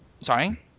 sorry